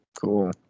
cool